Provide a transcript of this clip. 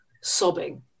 sobbing